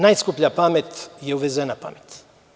Najskuplja pamet je uvezena pamet.